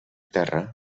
terra